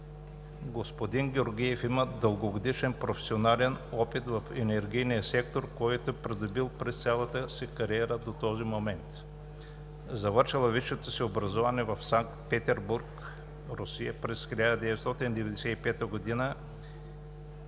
Господин Георгиев има дългогодишен професионален опит в енергийния сектор, който е придобил през цялата си кариера до този момент. Завършва висшето си образование в Санкт Петербург, Русия, през 1995 г.,